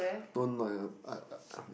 don't my I I I